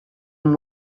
them